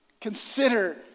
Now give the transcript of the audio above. Consider